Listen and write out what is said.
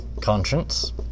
conscience